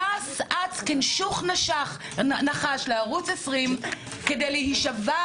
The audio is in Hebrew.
טס עד ערוץ 20 כדי להישבע